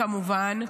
כמובן,